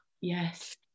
Yes